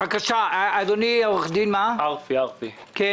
בבקשה עו"ד ארפי, אם